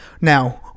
Now